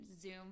Zoom